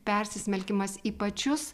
persismelkimas į pačius